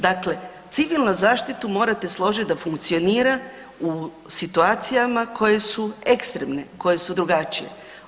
Dakle, civilnu zaštitu morate složiti da funkcionira u situacijama koje su ekstremne, koje su drugačije.